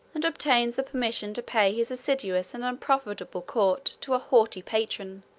and obtains the permission to pay his assiduous and unprofitable court to a haughty patron,